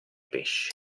pesci